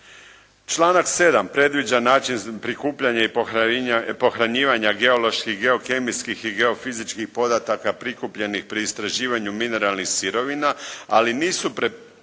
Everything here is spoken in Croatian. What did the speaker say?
Članak 7. predviđa način prikupljanja i pohranjivanja geoloških, geokemijskih i geofizičkih podataka prikupljenih pri istraživanju mineralnih sirovina ali nisu precizirani